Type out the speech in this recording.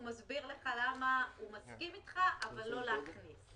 הוא מסביר לך למה הוא מסכים אתך, אבל לא להכניס.